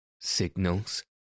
Signals